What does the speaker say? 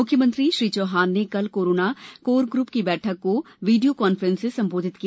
मुख्यमंत्री श्री चौहान ने कल कोरोना कोर ग्रप की बैठक को वीडियो कॉन्फ्रेंस से संबोधित किया